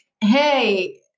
hey